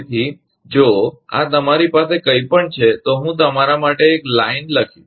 તેથી જો આ તમારી પાસે કંઈ પણ છે તો હું તમારા માટે એક લીટીલાઇન લખીશ